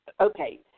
Okay